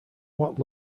what